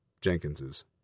Jenkins's